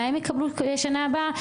מה הם יקבלו שנה הבאה.